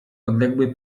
odległy